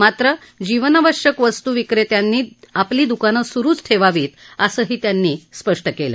मात्र जीवनावश्यक वस्तू विक्रेत्यांनी दुकाने सुरूच ठेवावी असेही त्यांनी स्पष्ट केलं